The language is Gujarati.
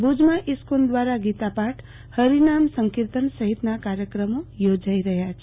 ભુજમાં ઈસ્કીન દ્વારા ગીતાપાઠ હરિનામ સંકિર્તન સહિતના કાર્યક્રમો યોજાઈ રહ્યા છે